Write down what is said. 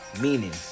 meaning